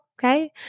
Okay